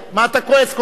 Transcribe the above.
מה אתה כועס כל כך?